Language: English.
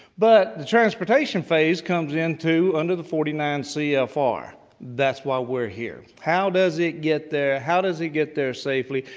but the transportation phase comes into under the forty nine cfr. that's why we're here how does it get there? how does it get there safely?